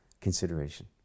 consideration